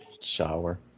Shower